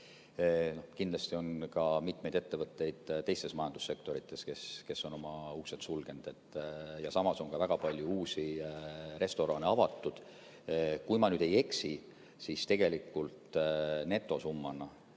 Kindlasti on ka mitmeid ettevõtteid teistes majandussektorites, kes on oma uksed sulgenud. Samas on ka väga palju uusi restorane avatud. Kui ma nüüd ei eksi, siis tegelikult netosummana